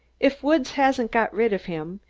if woods hasn't got rid of him,